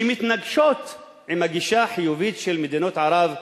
שמתנגשים עם הגישה החיובית של מדינות ערב,